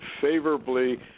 favorably